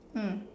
mm